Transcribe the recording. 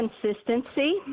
consistency